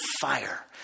fire